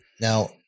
Now